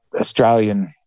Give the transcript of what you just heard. Australian